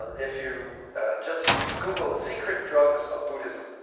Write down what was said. if you just google secret drugs of buddhism.